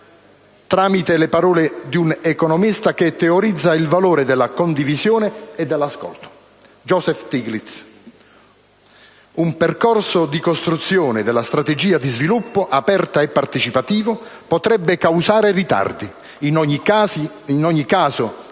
con le parole di un economista che teorizza il valore della condivisione e dell'ascolto,